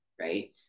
right